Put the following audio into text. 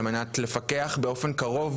על מנת לפקח באופן קרוב,